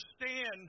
understand